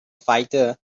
fighter